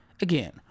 Again